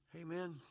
Amen